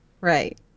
Right